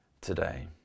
today